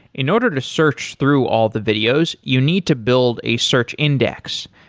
in order to search through all the videos, you need to build a search index.